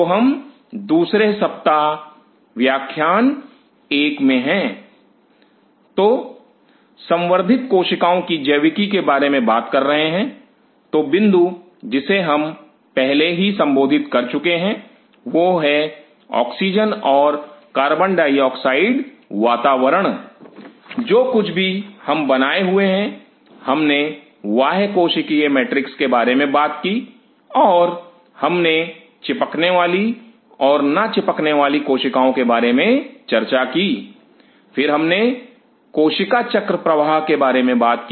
तो हम दूसरे सप्ताह व्याख्यान एक में हैं W 2 L 1 तो संवर्धित कोशिकाओं की जैविकी के बारे में बात कर रहे हैं तो बिंदु जिसे हम पहले ही संबोधित कर चुके हैं वह है ऑक्सीजन और कार्बन डाइऑक्साइड वातावरण जो कुछ भी हम बनाए हुए हैं हमने बाह्य कोशिकीय मैट्रिक्स के बारे में बात की और हमने चिपकने वाली और ना चिपकने वाली कोशिकाओं के बारे में चर्चा की फिर हमने कोशिका चक्र प्रवाह के बारे में बात की